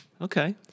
Okay